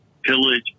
Pillage